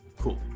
Cool